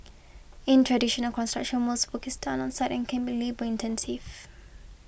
in traditional construction most work is done on site and can be labour intensive